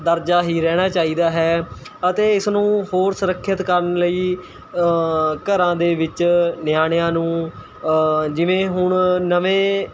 ਦਰਜਾ ਹੀ ਰਹਿਣਾ ਚਾਹੀਦਾ ਹੈ ਅਤੇ ਇਸ ਨੂੰ ਹੋਰ ਸੁਰੱਖਿਅਤ ਕਰਨ ਲਈ ਘਰਾਂ ਦੇ ਵਿੱਚ ਨਿਆਣਿਆਂ ਨੂੰ ਜਿਵੇਂ ਹੁਣ ਨਵੇਂ